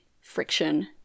friction